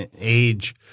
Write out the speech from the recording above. age